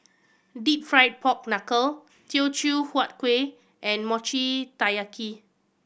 Deep Fried Pork Knuckle Teochew Huat Kuih and Mochi Taiyaki